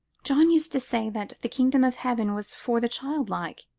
john used to say that the kingdom of heaven was for the child-like,